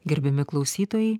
gerbiami klausytojai